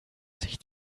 sich